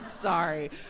sorry